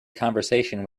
conversation